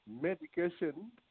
medication